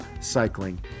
cycling